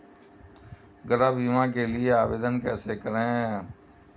गृह बीमा के लिए आवेदन कैसे करें?